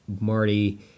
Marty